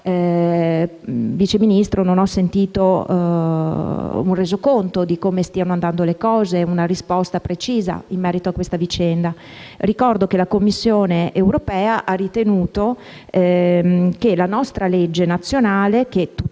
Vice Ministro, non ho sentito un resoconto di come stiano andando le cose e non ho avuto una risposta precisa in merito a questa vicenda. Ricordo che la Commissione europea ha ritenuto che la nostra legge nazionale che tutela